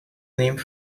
named